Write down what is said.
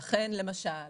ולכן למשל